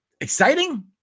exciting